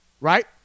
right